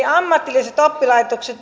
ammatilliset oppilaitokset